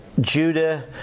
Judah